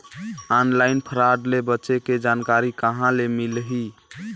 Online fraud ले बचे के जानकारी कहां ले मिलही?